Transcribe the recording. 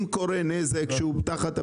אם קורה נזק שהוא תחת הפיקדון שישלם.